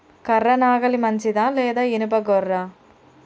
కర్ర నాగలి మంచిదా లేదా? ఇనుప గొర్ర?